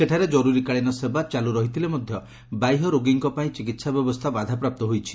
ସେଠାରେ ଜରୁରୀକାଳୀନ ସେବା ଚାଲୁରହିଥିଲେ ମଧ୍ୟ ବାହ୍ୟ ରୋଗୀଙ୍କ ପାଇଁ ଚିକିହା ବ୍ୟବସ୍କା ବାଧାପ୍ରାପ୍ତ ହୋଇଛି